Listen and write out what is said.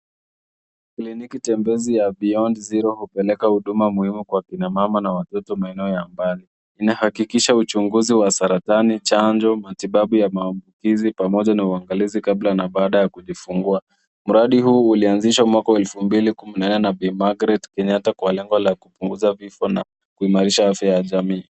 Kliniki tembezi ya Beyond Zero hupeleka huduma muhimu kwa kina mama na watoto maeneo ya mbali. Inahakikisha uchunguzi wa saratani, chanjo, matibabu ya maambukizi pamoja na uangalizi kabla na baada ya kujifungua. Mradi huu ulianzishwa mwaka wa 2014 na B Margaret Kenyatta kwa lengo la kupunguza vifo na kuimarisha afya ya jamii.